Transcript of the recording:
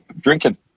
drinking